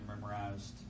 memorized